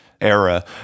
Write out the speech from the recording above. era